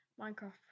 Minecraft